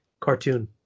cartoon